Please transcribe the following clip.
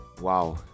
Wow